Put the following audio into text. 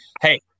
hey